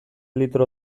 litro